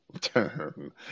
term